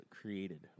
created